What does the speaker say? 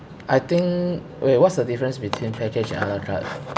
I think wait what's the difference between package and a la carte